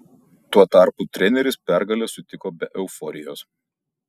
tuo tarpu treneris pergalę sutiko be euforijos